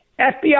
FBI